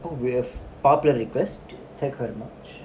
oh we have popular request thank you very much